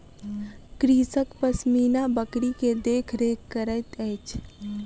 कृषक पश्मीना बकरी के देख रेख करैत अछि